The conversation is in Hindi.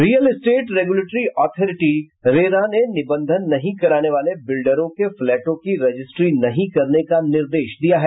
real estate regulatory authority RERA ने निबंधन नहीं कराने वाले बिल्डरों के फ्लैटों की रजिस्ट्री नहीं करने का निर्देश दिया है